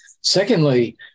Secondly